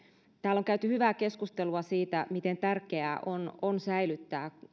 täällä on käyty hyvää keskustelua siitä miten tärkeää on on säilyttää